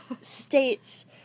states